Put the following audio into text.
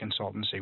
consultancy